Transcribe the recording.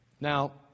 Now